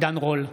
עידן רול,